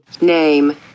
name